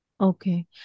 Okay